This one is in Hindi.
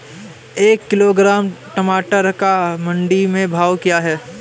एक किलोग्राम टमाटर का मंडी में भाव क्या है?